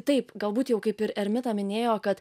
taip galbūt jau kaip ir ermita minėjo kad